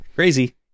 Crazy